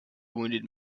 wounded